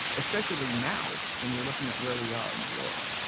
especially now when you're looking at where we are in the world.